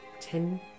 ten